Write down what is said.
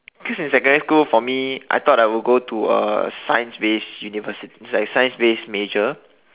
because in secondary school for me I thought I will go into a science base university like a science base major